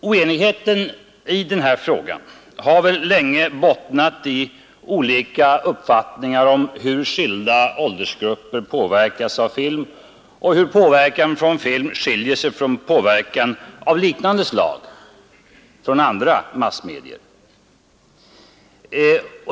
Oenigheten i den här frågan har länge bottnat i olika uppfattningar om hur skilda åldersgrupper påverkas av film och hur påverkan från film skiljer sig från påverkan av liknande slag från andra massmedier.